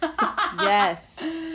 Yes